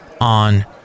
On